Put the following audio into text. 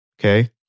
Okay